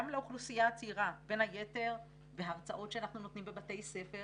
לאוכלוסייה הצעירה בין היתר בהרצאות שאנחנו נותנים בבתי ספר